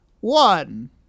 one